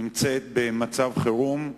נמצאת במצב חירום.